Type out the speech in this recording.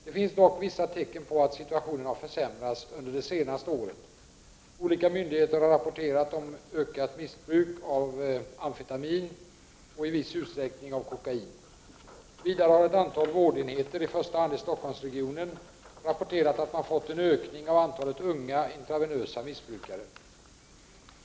Det finns dock vissa tecken på att situationen har försämrats under det senaste året. Olika myndigheter har rapporterat om ett ökat missbruk av amfetamin och i viss utsträckning av kokain. Vidare har ett antal vårdenheter — i första hand i Stockholmsregionen — rapporterat att man fått en ökning av antalet unga intravenösa missbrukare.